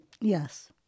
Yes